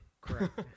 Correct